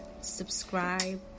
subscribe